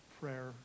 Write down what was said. prayer